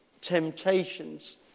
temptations